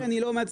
אני אענה לך.